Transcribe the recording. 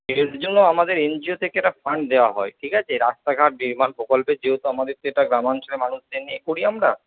এর জন্য আমাদের এনজিও থেকে একটা ফান্ড দেওয়া হয় ঠিক আছে রাস্তাঘাট নির্মাণ প্রকল্পের যেহেতু আমাদের এটা গ্রামাঞ্চলের মানুষদের নিয়ে করি আমরা